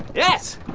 yes.